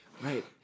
Right